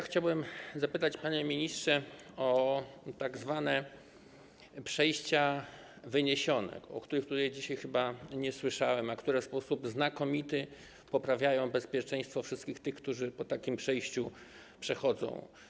Chciałbym zapytać, panie ministrze, o tzw. przejścia wyniesione, o których tutaj dzisiaj chyba nie słyszałem, a które w sposób znakomity poprawiają bezpieczeństwo wszystkich tych, którzy po takich przejściach przechodzą.